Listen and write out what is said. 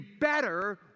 better